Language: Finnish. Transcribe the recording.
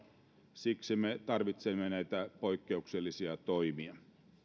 siksi me tarvitsemme näitä poikkeuksellisia toimia